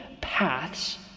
paths